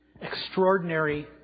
Extraordinary